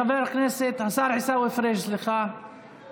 חבר הכנסת, השר עיסאווי פריג', סליחה.